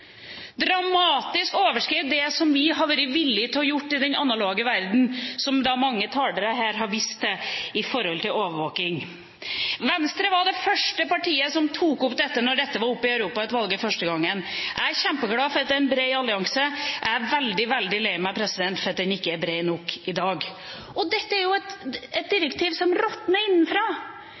dramatisk overskride det som vi har vært villig til å gjøre i den analoge verden, som mange talere her har vist til når det gjelder overvåking. Venstre var det første partiet som tok opp dette da dette var oppe i Europautvalget første gangen. Jeg er kjempeglad for at det er en bred allianse. Jeg er veldig, veldig lei meg for at den ikke er bred nok i dag. Dette er et direktiv som råtner innenfra.